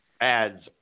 ads